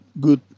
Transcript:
good